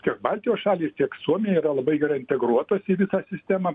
tiek baltijos šalys tiek suomija yra labai gerai integruotos į visą sistemą